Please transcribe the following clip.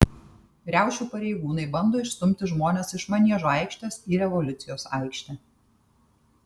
riaušių pareigūnai bando išstumti žmones iš maniežo aikštės į revoliucijos aikštę